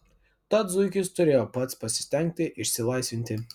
tad zuikis turėjo pats pasistengti išsilaisvinti